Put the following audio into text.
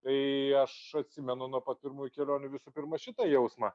tai aš atsimenu nuo pat pirmųjų kelionių visų pirma šitą jausmą